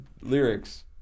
lyrics